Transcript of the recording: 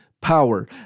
power